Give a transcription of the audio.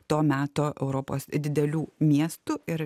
to meto europos didelių miestų ir